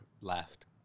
left